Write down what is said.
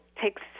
takes